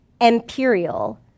imperial